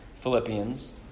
Philippians